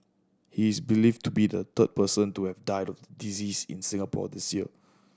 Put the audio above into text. he is believed to be the third person to have died of disease in Singapore this year